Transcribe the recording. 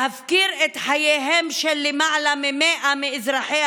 להפקיר את חייהם של למעלה מ-100 מאזרחיה